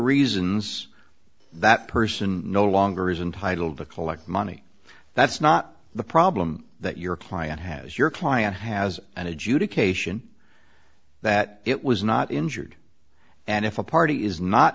reasons that person no longer is entitle to collect money that's not the problem that your client has your client has an adjudication that it was not injured and if a party is not